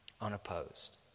Unopposed